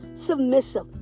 Submissive